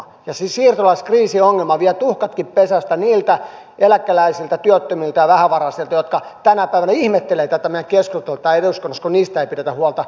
ja se siirtolaiskriisiongelma vie tuhkatkin pesästä niiltä eläkeläisiltä työttömiltä ja vähävaraisilta jotka tänä päivänä ihmettelevät tätä meidän keskusteluamme täällä eduskunnassa kun heistä ei pidetä huolta juurikaan